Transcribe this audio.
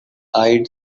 eyed